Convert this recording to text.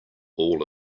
all